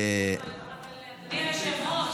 אדוני היושב-ראש,